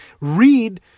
read